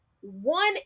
one